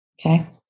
Okay